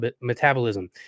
metabolism